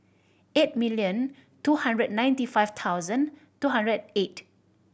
eight million two hundred ninety five thousand two hundred eight